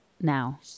now